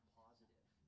positive